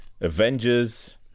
Avengers